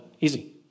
Easy